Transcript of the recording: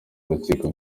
urukiko